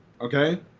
okay